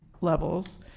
levels